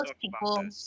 people